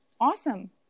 awesome